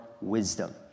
wisdom